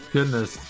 Goodness